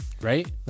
Right